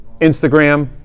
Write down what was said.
instagram